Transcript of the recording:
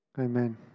Amen